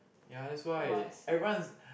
ya that's why everyone is